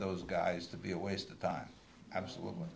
those guys to be a waste of time absolutely